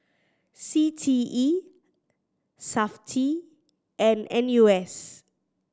C T E Safti and N U S